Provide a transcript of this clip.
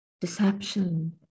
deception